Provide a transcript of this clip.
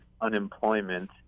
unemployment